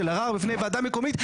של ערר בפני וועדה מקומית,